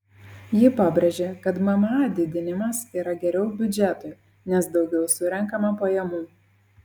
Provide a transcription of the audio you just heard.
ji pabrėžė kad mma didinimas yra geriau biudžetui nes daugiau surenkama pajamų